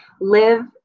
live